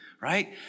right